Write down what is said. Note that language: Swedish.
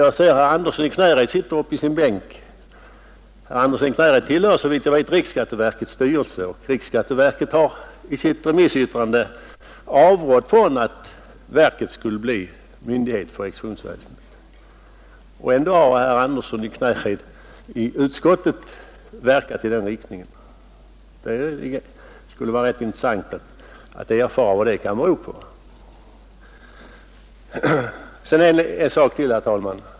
Jag ser att herr Andersson i Knäred sitter i sin bänk. Herr Andersson tillhör såvitt jag vet riksskatteverkets styrelse, och riksskatteverket har i sitt remissyttrande avrått från att verket skulle bli myndighet för exekutionsverket. Men ändå har herr Andersson i Knäred i utskottet verkat i den riktningen. Det skulle vara rätt intressant att få erfara vad det kan bero på. Sedan en sak till, herr talman!